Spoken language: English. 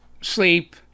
sleep